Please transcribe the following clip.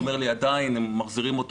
הוא אומר שעדיין הם מחזירים אותו,